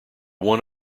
one